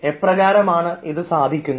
എപ്രകാരമാണ് ഇത് സാധ്യമാകുന്നത്